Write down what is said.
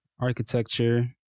architecture